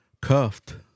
cuffed